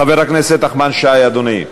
חבר הכנסת נחמן שי, אדוני,